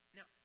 Now